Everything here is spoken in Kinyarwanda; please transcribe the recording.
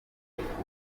buyobozi